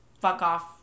fuck-off